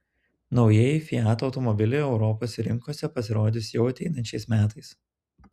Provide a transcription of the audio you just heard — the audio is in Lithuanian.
naujieji fiat automobiliai europos rinkose pasirodys jau ateinančiais metais